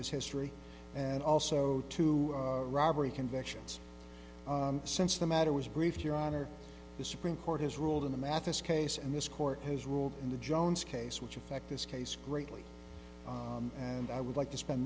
his history and also to robbery convictions since the matter was brief your honor the supreme court has ruled in the mathis case and this court has ruled in the jones case which affect this case greatly and i would like to spend